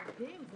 הישיבה